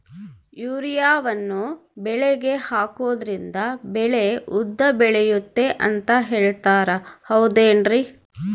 ಯೂರಿಯಾವನ್ನು ಬೆಳೆಗೆ ಹಾಕೋದ್ರಿಂದ ಬೆಳೆ ಉದ್ದ ಬೆಳೆಯುತ್ತೆ ಅಂತ ಹೇಳ್ತಾರ ಹೌದೇನ್ರಿ?